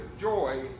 joy